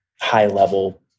high-level